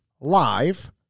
live